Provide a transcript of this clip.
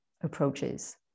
approaches